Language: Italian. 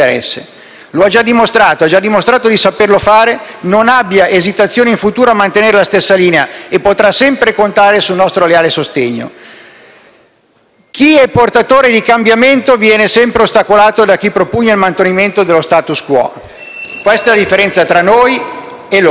l'interesse. Ha già dimostrato di saperlo fare. Non abbia esitazioni in futuro a mantenere la stessa linea e potrà sempre contare sul nostro leale sostegno. Chi è portatore di cambiamento viene sempre ostacolato da chi propugna il mantenimento dello *status quo*: questa è la differenza tra noi e loro.